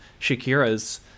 Shakira's